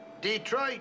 Detroit